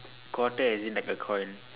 quarter as in like the coin